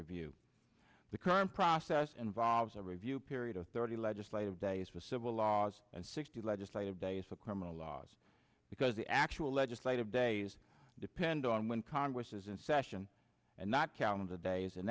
review the current process involves a review period of thirty legislative days for civil laws and sixty legislative days for criminal laws because the actual legislative days depend on when congress is in session and not c